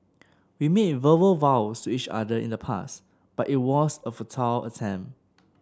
we made verbal vows to each other in the past but it was a futile attempt